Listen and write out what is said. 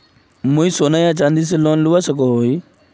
मुई सोना या चाँदी से लोन लुबा सकोहो ही?